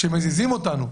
כשמזיזים אותנו,